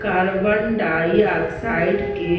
carbon dioxide के